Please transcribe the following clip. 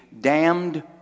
damned